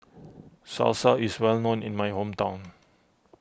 Salsa is well known in my hometown